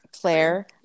Claire